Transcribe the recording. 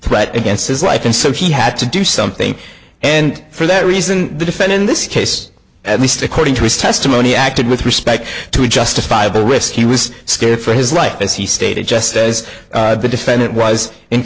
threat against his life and so he had to do something and for that reason the defendant in this case at least according to his testimony acted with respect to a justifiable risk he was scared for his life as he stated just as the defendant was in